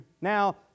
now